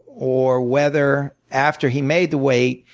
or whether, after he made the weight,